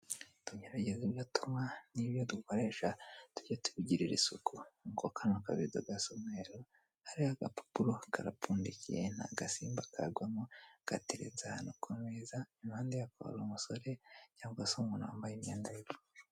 Tugerageze ibyo tunywa n'ibyo dukoresha tujye tubigirira isuku. Nkuko kano kabido gasa umweru, hariho agapapuro karapfundikiye nta gasimba kagwamo, gateretse ahantu ku meza, impande yako hari umusore cyangwa se umuntu wambaye imyenda y'ubururu.